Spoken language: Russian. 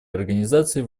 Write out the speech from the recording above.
организаций